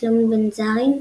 שלמה בניזרי,,